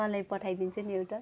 तँलाई पठाइदिन्छु नि एउटा